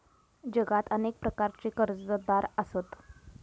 जगात अनेक प्रकारचे कर्जदार आसत